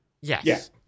Yes